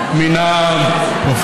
את כל